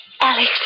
Alex